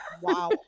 wow